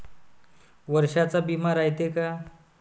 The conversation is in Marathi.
वर्षाचा बिमा रायते का?